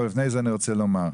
אבל לפני זה אני רוצה לומר: